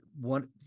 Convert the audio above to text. one